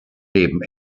neben